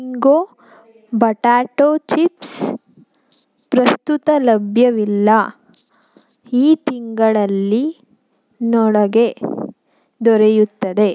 bingo potato chips ಪ್ರಸ್ತುತ ಲಭ್ಯವಿಲ್ಲ ಈ ತಿಂಗಳಲ್ಲಿ ಒಳಗೆ ದೊರೆಯುತ್ತದೆ